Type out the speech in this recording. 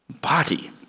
body